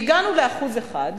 והגענו ל-1%,